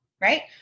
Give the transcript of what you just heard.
right